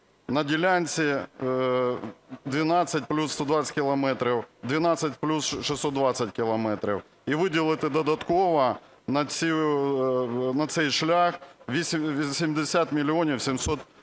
на ділянці 12 плюс 120 кілометрів, 12 плюс 620 кілометрів і виділити додатково на цей шлях 80 мільйонів 700 тисяч